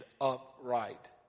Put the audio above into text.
upright